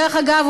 דרך אגב,